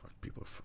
people